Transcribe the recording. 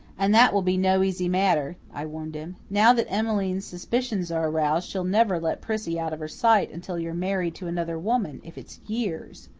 and that will be no easy matter, i warned him. now that emmeline's suspicions are aroused she'll never let prissy out of her sight until you're married to another woman if it's years.